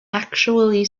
actually